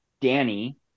Danny